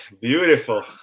Beautiful